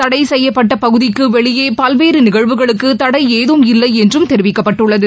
தடை செய்யப்பட்ட பகுதிக்கு வெளியே பல்வேறு நிகழ்வுகளுக்கு தளட ஏதும் இல்லை என்றும் தெரிவிக்கப்பட்டுள்ளது